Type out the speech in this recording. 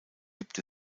gibt